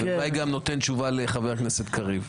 ואולי גם נותן תשובה לחבר הכנסת קריב.